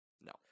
No